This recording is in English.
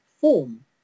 form